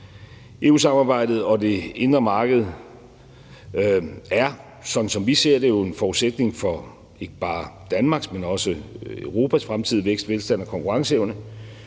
EU-samarbejdet og det indre marked er, sådan som vi ser det, en forudsætning for ikke bare Danmarks, men også Europas fremtidige vækst, velstand og konkurrenceevne,